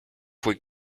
wohl